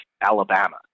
Alabama